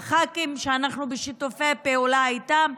לח"כים שאנחנו בשיתופי פעולה איתם,